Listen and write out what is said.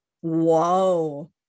Whoa